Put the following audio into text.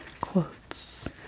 quotes